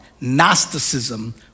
Gnosticism